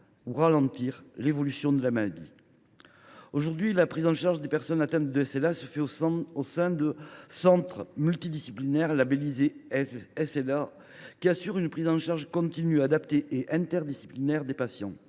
de ralentir, l’évolution de la maladie. Aujourd’hui, la prise en charge des personnes atteintes de SLA se fait au sein de centres multidisciplinaires SLA, qui assurent une prise en charge continue, adaptée et interdisciplinaire des patients.